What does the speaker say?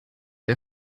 der